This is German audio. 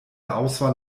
auswahl